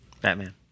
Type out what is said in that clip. Batman